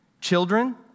children